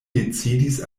decidis